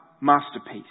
masterpiece